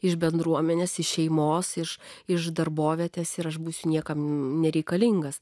iš bendruomenės šeimos iš iš darbovietės ir aš būsiu niekam nereikalingas